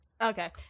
Okay